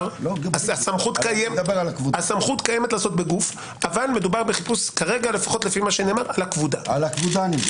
הסמכות קיימת לעשות בגוף אבל מדובר כרגע בסמכות על הכבודה.